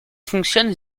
fonctionne